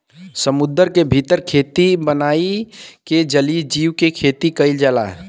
समुंदर के भीतर खेती बनाई के जलीय जीव के खेती कईल जाला